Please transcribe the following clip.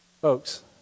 Folks